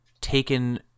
taken